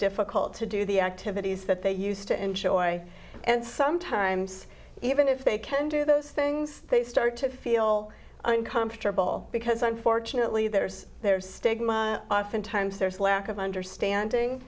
difficult to do the activities that they used to enjoy and sometimes even if they can do those things they start to feel uncomfortable because unfortunately there's there's stigma oftentimes there's a lack of understanding